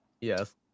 Yes